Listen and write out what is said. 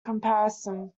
comparison